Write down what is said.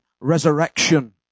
resurrection